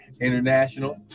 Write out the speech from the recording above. International